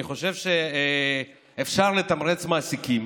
אני חושב שאפשר לתמרץ מעסיקים